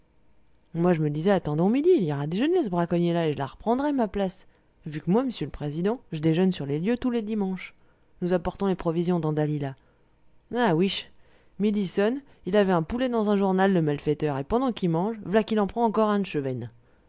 moi je me disais attendons midi il ira déjeuner ce braconnier là et je la reprendrai ma place vu que moi m'sieu l'président je déjeune sur les lieux tous les dimanches nous apportons les provisions dans dalila ah ouiche midi sonne il avait un poulet dans un journal le malfaiteur et pendant qu'il mange v'là qu'il en prend encore un de chevesne